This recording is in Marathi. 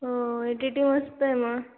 हो ए टी टी मस्त आहे मग